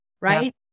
right